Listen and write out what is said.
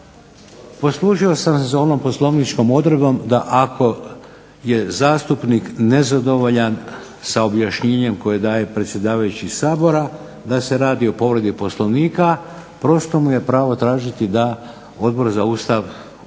poslužio sam se onom poslovničkom odredbom, da ako je zastupnik nezadovoljan sa onim objašnjenjem kojeg daje predsjedavajući Sabora da se radi o povredi Poslovnika, prosto mu je pravo tražiti da Odbor za Ustav o